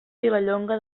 vilallonga